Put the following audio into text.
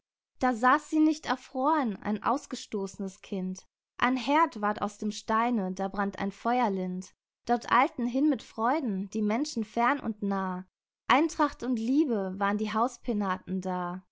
da saß sie nicht erfroren ein ausgestoßnes kind ein herd ward aus dem steine da brannt ein feuer lind dort eilten hin mit freuden die menschen fern und nah eintracht und liebe waren die haus penaten da